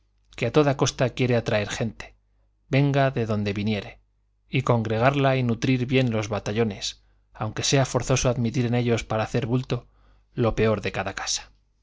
que a toda costa quiere atraer gente venga de donde viniere y congregarla y nutrir bien los batallones aunque sea forzoso admitir en ellos para hacer bulto lo peor de cada casa